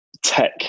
Tech